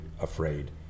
afraid